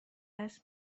دست